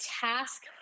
task